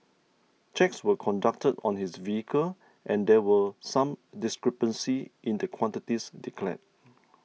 checks were conducted on his vehicle and there were some discrepancy in the quantities declared